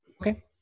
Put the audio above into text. Okay